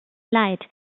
leid